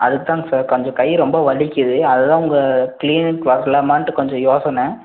அதுக்தாங்க sir கொஞ்சம் கை ரொம்ப வலிக்குது அது தான் உங்கள் க்ளீனிக் வரலாமான்ட்டு கொஞ்சம் யோசனை